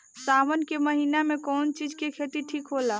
सावन के महिना मे कौन चिज के खेती ठिक होला?